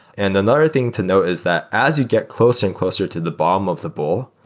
and another thing to know is that as you get closer and closer to the bottom of the bowl,